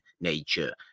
Nature